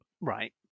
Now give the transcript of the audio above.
right